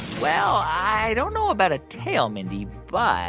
well, i don't know about a tail, mindy, but.